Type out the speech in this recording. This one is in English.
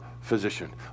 physician